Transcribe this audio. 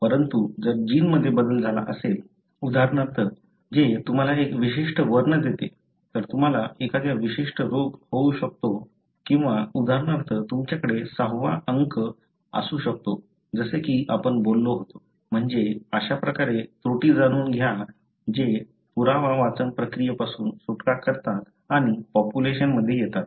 परंतु जर जीनमध्ये बदल झाला असेल उदाहरणार्थ जे तुम्हाला एक विशिष्ट वर्ण देते तर तुम्हाला एखादा विशिष्ट रोग होऊ शकतो किंवा उदाहरणार्थ तुमच्याकडे सहावा अंक असू शकतो जसे की आपण बोललो होतो म्हणजे अशा प्रकारे त्रुटी जाणून घ्या जे पुरावा वाचन प्रक्रिये पासून सुटका करतात आणि पॉप्युलेशनमध्ये येतात